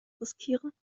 riskieren